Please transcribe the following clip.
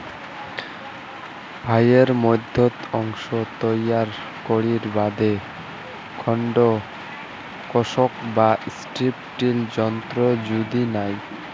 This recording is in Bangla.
ভুঁইয়ের মইধ্যত অংশ তৈয়ার করির বাদে খন্ড কর্ষক বা স্ট্রিপ টিল যন্ত্রর জুড়ি নাই